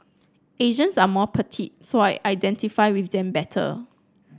Asians are more petite so I identify with them better